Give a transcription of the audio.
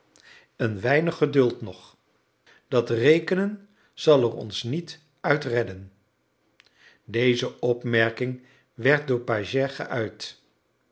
een weinig geduld nog dat rekenen zal er ons niet uitredden deze opmerking werd door pagès geuit